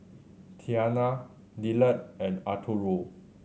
Tianna Dillard and Arturo